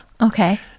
Okay